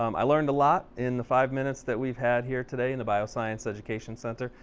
um i learned a lot in the five minutes that we've had here today in the bioscience education center.